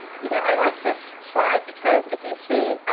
you know, i like this slide because if you see